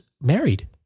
married